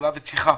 יכולה וצריכה